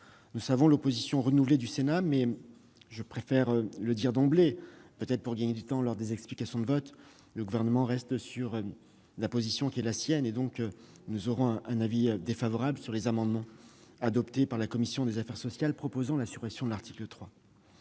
Nous savons l'opposition renouvelée du Sénat et je préfère dire d'emblée- peut-être pour gagner du temps lors des explications de vote -que le Gouvernement restera sur sa position en émettant un avis défavorable sur les amendements adoptés par la commission des affaires sociales tendant à la suppression de cet article.